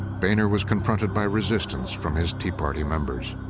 boehner was confronted by resistance from his tea party members.